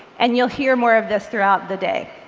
and you'll hear more of this throughout the day.